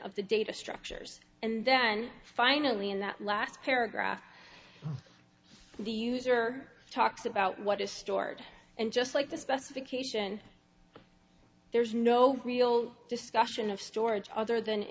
of the data structures and then finally in that last paragraph the user talks about what is stored and just like the specification there's no real discussion of storage other than